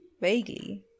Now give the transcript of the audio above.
vaguely